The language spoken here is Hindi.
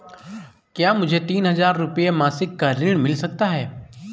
क्या मुझे तीन हज़ार रूपये मासिक का ऋण मिल सकता है?